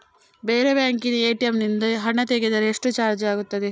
ಬೇರೆ ಬ್ಯಾಂಕಿನ ಎ.ಟಿ.ಎಂ ನಿಂದ ಹಣ ತೆಗೆದರೆ ಎಷ್ಟು ಚಾರ್ಜ್ ಆಗುತ್ತದೆ?